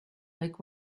like